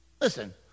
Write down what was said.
Listen